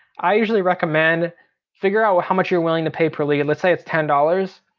i usually recommend figure out how much you're willing to pay per lead, let's say it's ten dollars.